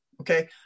Okay